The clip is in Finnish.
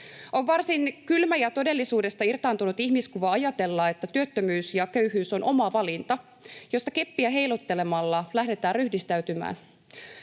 On varsin kylmä ja todellisuudesta irtaantunut ihmiskuva ajatella, että työttömyys ja köyhyys on oma valinta, josta keppiä heiluttelemalla lähdetään ryhdistäytymään.